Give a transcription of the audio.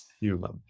human